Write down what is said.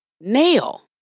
nail